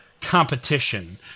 competition